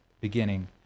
beginning